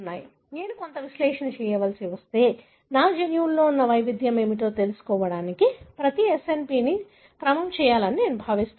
కాబట్టి నేను కొంత విశ్లేషణ చేయవలసి వస్తే నా జన్యువులో ఉన్న వైవిధ్యం ఏమిటో తెలుసుకోవడానికి ప్రతి SNP ని క్రమం చేయాలని నేను భావిస్తున్నానా